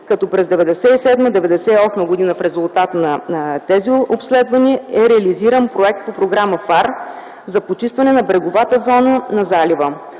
като през 1997-1998 г. в резултат на тези обследвания е реализиран проект по програма ФАР за почистване на бреговата зона на залива.